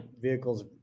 vehicles